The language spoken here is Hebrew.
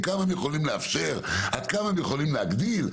עד כמה הם יכולים לאפשר ועד כמה הם יכולים להגדיל.